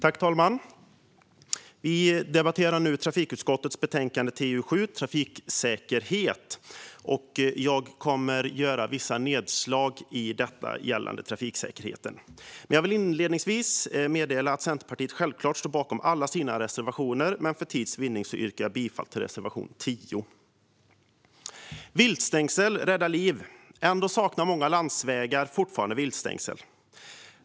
Fru talman! Vi debatterar trafikutskottets betänkande TU7 om trafiksäkerhet. Jag kommer att göra visa nedslag gällande trafiksäkerheten. Inledningsvis vill jag meddela att Centerpartiet självklart står bakom alla våra reservationer, men för tids vinnande yrkar jag bifall endast till reservation 10. Viltstängsel räddar liv. Ändå saknar många landsvägar fortfarande viltstängsel.